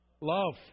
Love